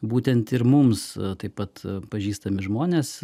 būtent ir mums taip pat pažįstami žmonės